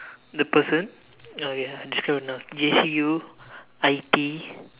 the person okay I am just going to ask J_C_U I_T